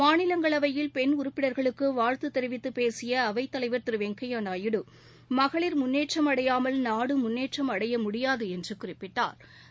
மாநிலங்களவையில் பெண் உறுப்பினர்களுக்கு வாழ்த்து தெரிவித்து பேசிய அவைத்தலைவர் திரு வெங்கையா நாயுடு மகளிட் முன்னேற்றம் அடையாமல் நாடு முன்னேற்றம் அடைய முடியாது என்று குறிப்பிட்டா்